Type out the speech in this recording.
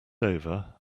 over